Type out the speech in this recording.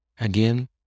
Again